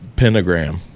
pentagram